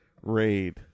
Raid